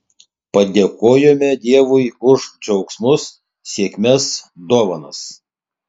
padėkojame dievui už džiaugsmus sėkmes dovanas